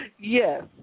Yes